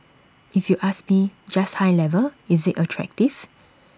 if you ask me just high level is IT attractive